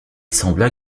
sembla